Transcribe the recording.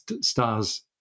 star's